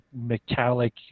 metallic